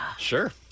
Sure